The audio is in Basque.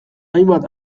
hainbat